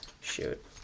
Shoot